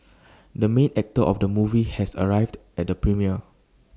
the main actor of the movie has arrived at the premiere